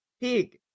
Pig